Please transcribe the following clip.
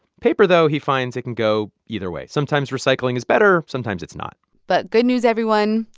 paper, though, he finds it can go either way. sometimes recycling is better sometimes it's not but good news, everyone,